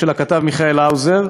של הכתב מיכאל האוזר,